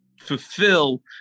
fulfill